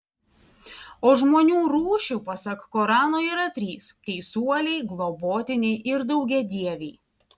o žmonių rūšių pasak korano yra trys teisuoliai globotiniai ir daugiadieviai